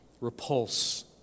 Repulse